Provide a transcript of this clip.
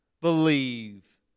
believe